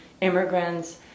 immigrants